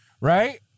right